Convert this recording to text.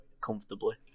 comfortably